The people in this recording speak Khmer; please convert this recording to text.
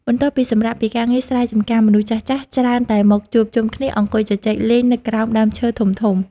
បន្ទាប់ពីសម្រាកពីការងារស្រែចម្ការ មនុស្សចាស់ៗច្រើនតែមកជួបជុំគ្នាអង្គុយជជែកលេងនៅក្រោមដើមឈើធំៗ។